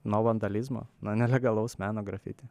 nuo vandalizmo nuo nelegalaus meno grafiti